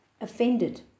offended